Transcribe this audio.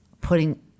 putting